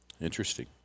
Interesting